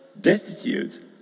destitute